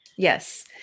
Yes